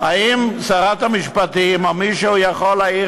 האם שרת המשפטים או מישהו יכול להאיר